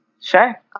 Sure